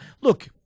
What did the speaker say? Look